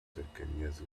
cercanías